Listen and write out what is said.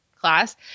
class